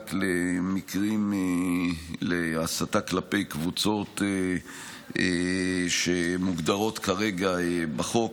רק להסתה כלפי קבוצות שמוגדרות כרגע בחוק,